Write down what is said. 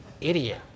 Idiot